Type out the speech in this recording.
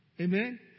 Amen